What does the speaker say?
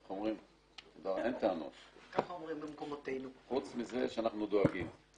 חוץ מזה שאנחנו דואגים.